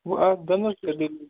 وۄنۍ اَتھ دَنٛدَس کیٛاہ دٔلیٖل